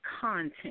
content